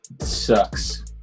Sucks